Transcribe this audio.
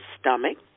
stomach